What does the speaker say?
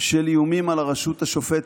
של איומים על הרשות השופטת,